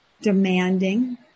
demanding